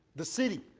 the city,